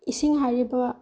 ꯏꯁꯤꯡ ꯍꯥꯏꯔꯤꯕ